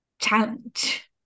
challenge